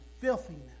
filthiness